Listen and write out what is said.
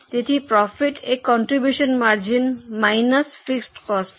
તેથી પ્રોફિટ એ contribution margin minus fixed cost છે